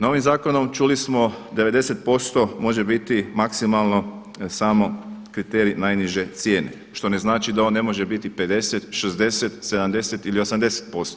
Novim zakonom čuli smo 90% može biti maksimalno samo kriterij najniže cijene što ne znači da on ne može biti 50, 60, 70 ili 80%